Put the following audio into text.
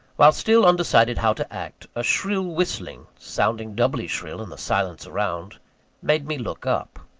while still undecided how to act, a shrill whistling sounding doubly shrill in the silence around made me look up.